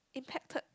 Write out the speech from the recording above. impacted